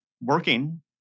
working